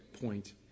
point